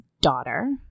daughter